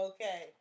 Okay